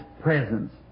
presence